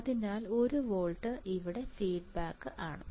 അതിനാൽ 1 വോൾട്ട് ഇവിടെ ഫീഡ്ബാക്ക് ആണ്